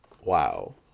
Wow